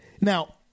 Now